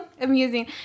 amusing